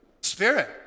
spirit